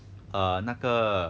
err 那个